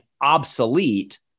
obsolete